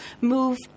move